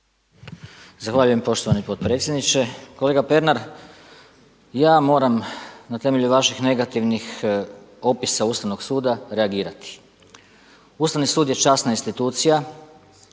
Zahvaljujem. Poštovani potpredsjedniče! Kolega Pernar, ja moram na temelju vaših negativnih opisa Ustavnog suda reagirati. Ustavni sud je časna institucija,